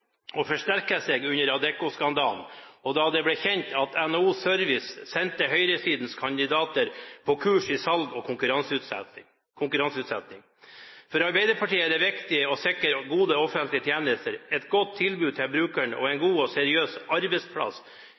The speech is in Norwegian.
og forsterket seg under Adecco-skandalen og da det ble kjent at NHO Service sendte høyresidens kandidater på kurs i salg og konkurranseutsetting. For Arbeiderpartiet er det viktig å sikre gode offentlige tjenester, et godt tilbud til brukerne og en god og seriøs arbeidsplass